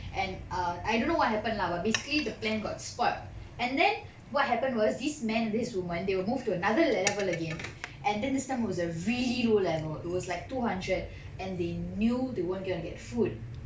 and err I don't know what happen lah but basically the plan got spoilt and then what happened was this man this woman they will move to another level again and then this time was a really low level it was like two hundred and they knew they weren't going to get food